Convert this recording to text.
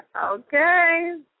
Okay